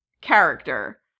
character